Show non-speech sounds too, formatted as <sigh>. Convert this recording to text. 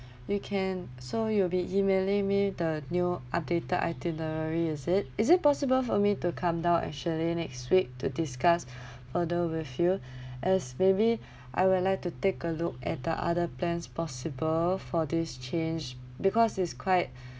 you can so you'll be emailing me the new updated itinerary is it is it possible for me to come down actually next week to discuss <breath> further with you <breath> as maybe <breath> I would like to take a look at the other plans possible for this change because it's quite <breath>